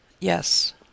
Yes